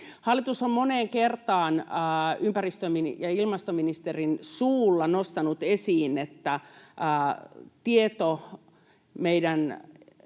Hallitus on moneen kertaan ympäristö- ja ilmastoministerin suulla nostanut esiin, että tieto meidän